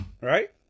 right